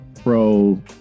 pro